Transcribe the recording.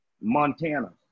Montana